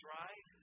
right